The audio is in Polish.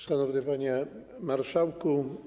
Szanowny Panie Marszałku!